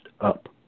up